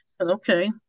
Okay